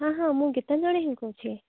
ହଁ ହଁ ମୁଁ ଗୀତାଞ୍ଜଳି ହିଁ କହୁଛି